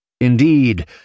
Indeed